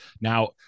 Now